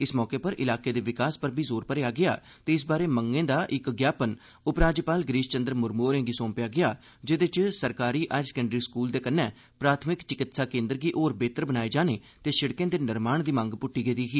इस मौके उप्पर ईलाके दे विकास उप्पर बी जोर भरेआ गेआ ते इस बारै मंगे दा इक चेतापत्र उप राज्यपाल गिरिश चंद मुर्मू होरेंगी सौंपेआ गेआ जेहदे च सरकारी हायर स्कैंडरी स्कूल दे कन्नें प्राथमिक चिक्तिसा केंद्र गी होर बेहतर बनाये जाने ते सिड़कें दे निर्माण दी मंग पुष्टी गेदी ही